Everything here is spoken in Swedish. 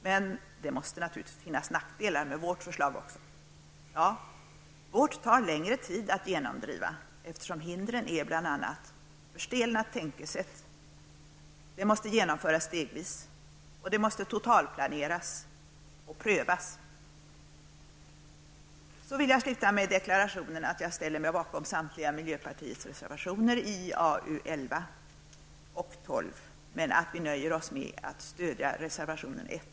Men det måste, naturligtvis, finnas nackdelar med vårt förslag, kan någon tycka. Ja, det tar längre tid att genomdriva vårt förslag, eftersom hindren bl.a. är att det handlar om ett förstelnat tänkesätt, att det måste genomföras stegvis och att det måste totalplaneras och prövas. Så vill jag avsluta anförandet med att deklarera att jag ställer mig bakom miljöpartiets samtliga reservationer i arbetsmarknadsutskottets betänkanden 11 och 12. Jag nöjer mig dock med att stödja reservationerna 1 och 10.